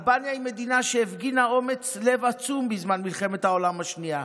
אלבניה היא מדינה שהפגינה אומץ לב עצום בזמן מלחמת העולם השנייה,